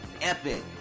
epic